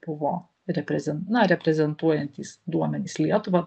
buvo reprezen na reprezentuojantys duomenys lietuvą